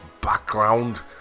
background